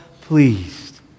pleased